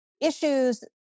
issues